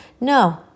No